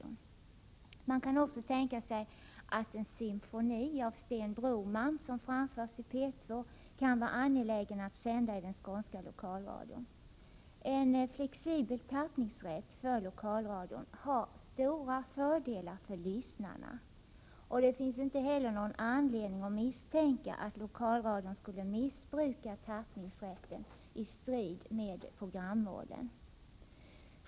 Man kan också tänka sig att en symfoni av Sten Broman som framförs i P 2 kan vara angelägen att sända i den skånska lokalradion. En flexibel tappningsrätt för lokalradion har stora fördelar för lyssnarna. Det finns inte heller någon anledning att misstänka att lokalradion skulle missbruka tappningsrätten i strid med programmålen.